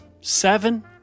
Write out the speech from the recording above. Seven